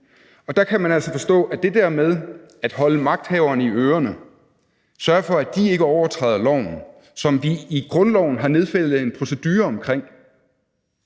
Og der kan man altså forstå, at det her med at holde magthaverne i ørerne og sørge for, at de ikke overtræder loven, hvilket vi i grundloven har nedfældet en procedure omkring,